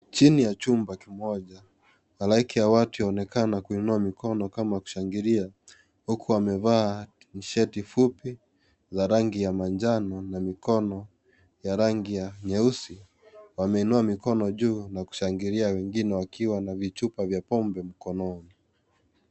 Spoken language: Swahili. Chini ya jumba kimoja, halaiki ya watu waonekana kuinua mikono kama kushangilia huku amevaa tisheti fupi la rangi ya manjano, na mikono ya rangi ya nyeusi wameinua mikono juu na kushangilia wengine wakiwa na vichupa vya pombe mikononi.